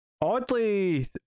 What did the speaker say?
oddly